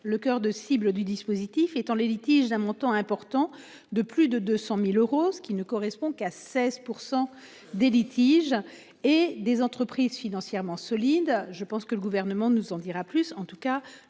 le coeur de cible du dispositif étant les litiges d'un montant important de plus de 200.000 euros, ce qui ne correspond qu'à 16% des litiges et des entreprises financièrement solide. Je pense que le gouvernement nous en dira plus. En tout cas